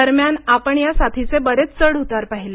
दरम्यान आपण या साथीचे बरेच चढउतार पाहिले